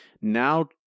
Now